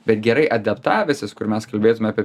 bet gerai adaptavęsis kur mes kalbėtume apie